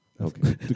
Okay